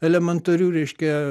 elementariu reiškia